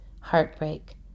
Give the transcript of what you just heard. heartbreak